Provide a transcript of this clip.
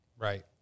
Right